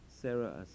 Sarah